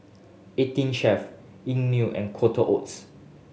Eighteen Chef Einmilk and Quaker Oats